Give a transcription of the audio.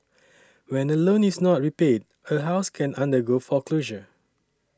when a loan is not repaid a house can undergo foreclosure